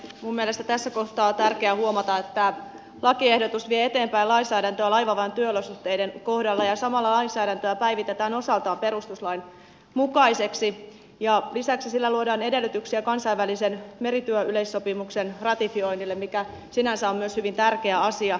minun mielestäni tässä kohtaa on tärkeää huomata että lakiehdotus vie eteenpäin lainsäädäntöä laivaväen työolosuhteiden kohdalla ja samalla lainsäädäntöä päivitetään osaltaan perustuslain mukaiseksi ja lisäksi sillä luodaan edellytyksiä kansainvälisen merityöyleissopimuksen ratifioinnille mikä sinänsä on myös hyvin tärkeä asia